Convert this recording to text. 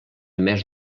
mes